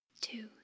Two